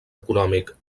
econòmic